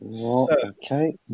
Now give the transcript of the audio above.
Okay